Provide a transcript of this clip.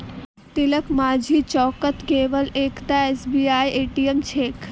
तिलकमाझी चौकत केवल एकता एसबीआईर ए.टी.एम छेक